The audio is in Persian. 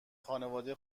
خانواده